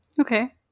Okay